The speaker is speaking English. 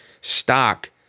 stock